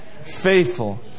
Faithful